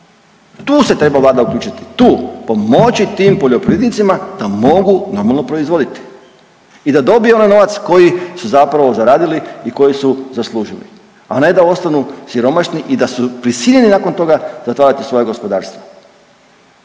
Tu se treba vlada uključiti, tu, pomoći tim poljoprivrednicima da mogu normalno proizvoditi i da dobiju onaj novac koji su zapravo zaradili i koji su zaslužili, a ne da ostanu siromašni i da su prisiljeni nakon toga zatvarati svoja gospodarstva.